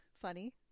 funny